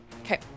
Okay